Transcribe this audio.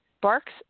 Barks